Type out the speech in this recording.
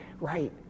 right